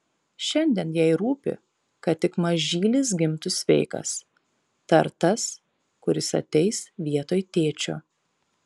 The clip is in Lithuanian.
šiandien jai rūpi kad tik mažylis gimtų sveikas ta ar tas kuris ateis vietoj tėčio